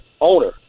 owner